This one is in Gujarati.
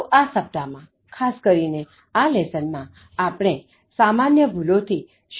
તો આ સપ્તાહ માં ખાસ કરીને આ લેશનમાં આપણે સામાન્ય ભૂલો થી શરૂઆત કરીશુ